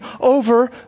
over